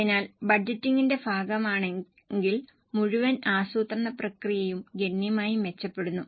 അതിനാൽ ബഡ്ജറ്റിംഗിന്റെ ഭാഗമാണെങ്കിൽ മുഴുവൻ ആസൂത്രണ പ്രക്രിയയും ഗണ്യമായി മെച്ചപ്പെടുന്നു